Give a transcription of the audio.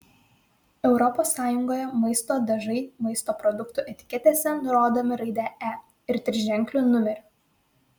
europos sąjungoje maisto dažai maisto produktų etiketėse nurodomi raide e ir triženkliu numeriu